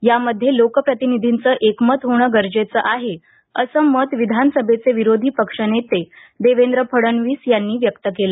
यामध्ये लोकप्रतिनिधींचं एकमत होण गरजेचं आहे असं मत विधानसभेचे विरोधी पक्ष नेते देवेंद्र फडणवीस यांनी व्यक्त केलं